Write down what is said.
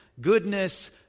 goodness